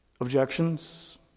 objections